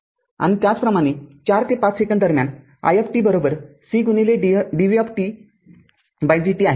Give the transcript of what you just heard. आणि त्याचप्रमाणे ४ ते ५ सेकंद दरम्यान i cdvdt आहे